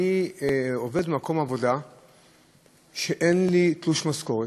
אני עובד במקום עבודה שבו אין לי תלוש משכורת,